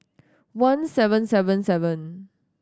one seven seven seven